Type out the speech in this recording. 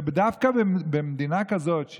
ודווקא במדינה כזאת,